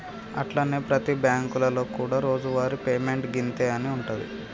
అట్లనే ప్రతి బ్యాంకులలో కూడా రోజువారి పేమెంట్ గింతే అని ఉంటుంది